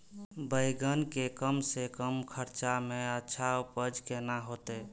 बेंगन के कम से कम खर्चा में अच्छा उपज केना होते?